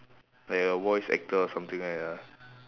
like your voice actor or something like that lah